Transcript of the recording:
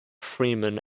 freeman